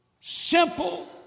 simple